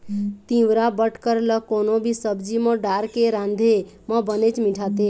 तिंवरा बटकर ल कोनो भी सब्जी म डारके राँधे म बनेच मिठाथे